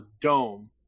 dome